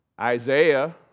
Isaiah